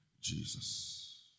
Jesus